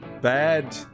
Bad